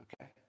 okay